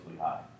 high